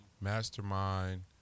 Mastermind